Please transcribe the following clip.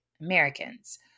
Americans